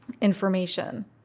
information